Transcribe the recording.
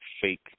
fake